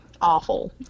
awful